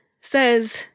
says